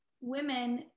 women